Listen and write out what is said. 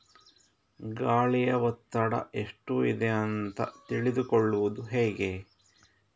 ಗಾಳಿಯ ಒತ್ತಡ ಎಷ್ಟು ಇದೆ ಅಂತ ತಿಳಿದುಕೊಳ್ಳುವುದು ಹೇಗೆ?